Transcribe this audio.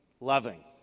loving